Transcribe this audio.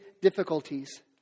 difficulties